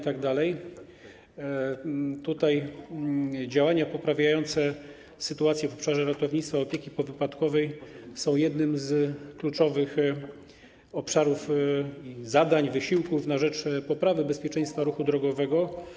Tutaj działania poprawiające sytuację w obszarze ratownictwa opieki powypadkowej są jednym z kluczowych obszarów zadań, wysiłków na rzecz poprawy bezpieczeństwa ruchu drogowego.